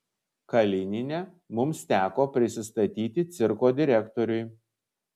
kalinine mums teko prisistatyti cirko direktoriui